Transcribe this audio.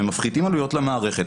הם מפחיתים עלויות למערכת,